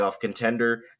contender